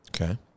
Okay